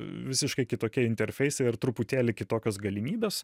visiškai kitokie interfeisai ir truputėlį kitokios galimybės